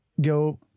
go